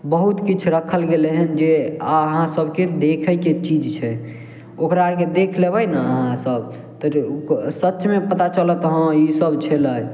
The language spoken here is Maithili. बहुत किछु रखल गेल हइ जे अहाँ सबके देखयके चीज छै ओकरा अरके देख लेबय ने अहाँ सब तऽ सचमे पता चलत हँ ईसब छलै